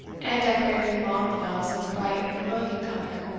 and decorated with long gloves of a bright vermilion colour,